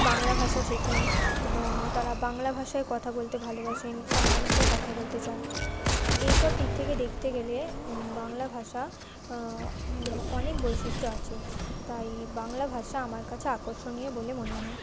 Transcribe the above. বাংলা ভাষা শেখেন এবং তারা বাংলা ভাষায় কথা বলতে ভালোবাসেন বাংলা ভাষায় কথা বলতে চান এই সব দিক থেকে দেখতে গেলে বাংলা ভাষা অনেক বৈশিষ্ট্য আছে তাই বাংলা ভাষা আমার কাছে আকর্ষণীয় বলে মনে হয়